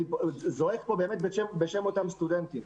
אני זועק פה באמת בשם אותם סטודנטים,